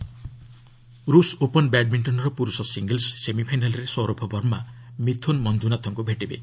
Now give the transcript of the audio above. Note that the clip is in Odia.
ବ୍ୟାଡ୍ମିଣ୍ଟନ୍ ରୁଷ୍ ଓପନ୍ ବ୍ୟାଡ୍ମିଣ୍ଟନ୍ର ପୁରୁଷ ସିଙ୍ଗଲ୍ସ୍ ସେମିଫାଇନାଲ୍ରେ ସୌରଭ ବର୍ମା ମିଥୁନ୍ ମଞ୍ଜୁନାଥଙ୍କୁ ଭେଟିବେ